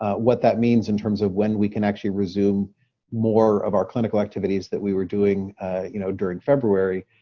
what that means in terms of when we can actually resume more of our clinical activities that we were doing you know during february,